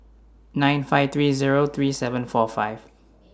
nine five three Zero three seven four five